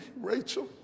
Rachel